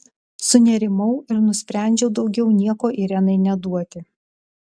sunerimau ir nusprendžiau daugiau nieko irenai neduoti